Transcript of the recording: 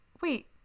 Wait